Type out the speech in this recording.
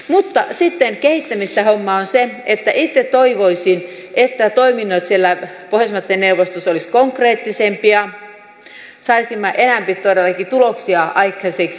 mutta sitten kehittämistä hommaan on se että itse toivoisin että toiminnot siellä pohjoismaiden neuvostossa olisivat konkreettisempia ja saisimme enempi todellakin tuloksia aikaiseksi